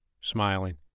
smiling